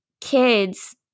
kids